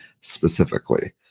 specifically